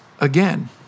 again